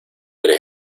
eres